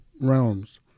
realms